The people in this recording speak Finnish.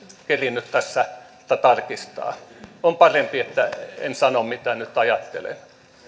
kerinnyt tässä tarkistaa on parempi että en sano mitä nyt ajattelen